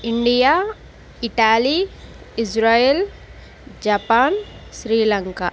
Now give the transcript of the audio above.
India Italy Israel Japan Sri Lanka